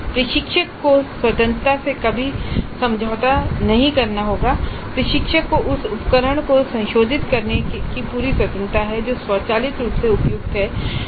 प्रशिक्षक की स्वतंत्रता से कभी समझौता नहीं किया जाता है और प्रशिक्षक को उस उपकरण को संशोधित करने की पूरी स्वतंत्रता है जो स्वचालित रूप से उपयुक्त होता है